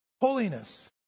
Holiness